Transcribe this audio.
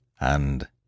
And